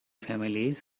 families